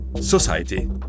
society